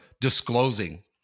disclosing